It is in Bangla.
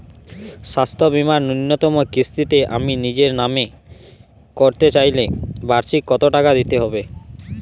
স্বাস্থ্য বীমার ন্যুনতম কিস্তিতে আমি নিজের নামে করতে চাইলে বার্ষিক কত টাকা দিতে হবে?